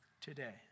today